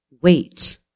Wait